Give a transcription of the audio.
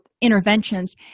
interventions